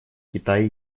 китай